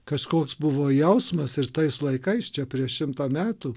kažkoks buvo jausmas ir tais laikais čia prieš šimtą metų